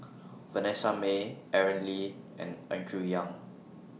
Vanessa Mae Aaron Lee and Andrew Ang